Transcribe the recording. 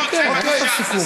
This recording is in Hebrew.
כן, כן, אין עכשיו סיכום.